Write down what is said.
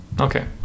Okay